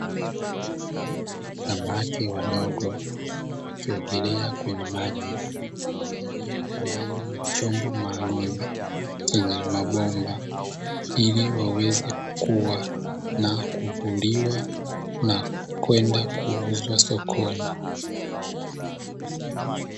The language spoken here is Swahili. Samaki wadogo wakiogelea kwenye maji yaliyo ndani ya chombo maalumu chenye mabomba ili waweze kukua na kuvuliwa na kwenda kuuzwa sokoni.